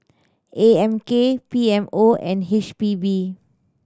A M K P M O and H P B